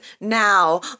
now